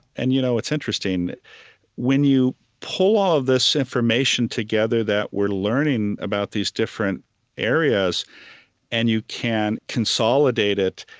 and you know it's interesting when you pull all of this information together that we're learning about these different areas and you can consolidate it,